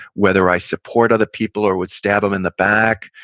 whether i support other people or would stab them in the back,